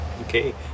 Okay